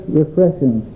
refreshing